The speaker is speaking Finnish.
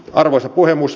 arvoisa puhemies